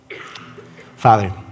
Father